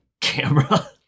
camera